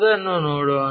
ಅದನ್ನು ನೋಡೋಣ